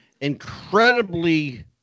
incredibly